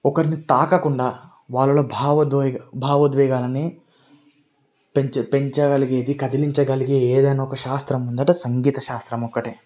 ఒకరిని తాకకుండా వాళ్ళలో భావోద్వేగ భావోద్వేగాలని పెంచ పెంచగలిగేది కదిలించగలిగే ఏదైనా ఒక శాస్త్రం ఉందంటే సంగీత శాస్త్రం ఒక్కటే